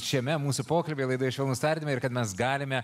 šiame mūsų pokalbyje laidoje švelnūs tardymai ir kad mes galime